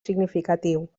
significatiu